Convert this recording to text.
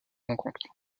rencontres